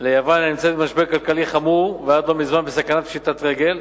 בשים לב ליוון הנמצאת במשבר כלכלי חמור ועד לא מזמן בסכנת פשיטת רגל,